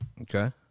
Okay